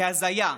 כהזיה,